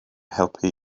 helpu